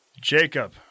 Jacob